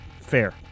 Fair